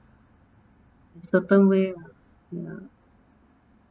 certain way ah ya